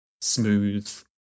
smooth